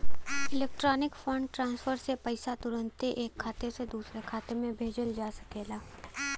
electronic fund transfer से पईसा तुरन्ते ऐक खाते से दुसरे खाते में भेजल जा सकेला